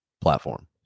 platform